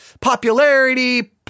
popularity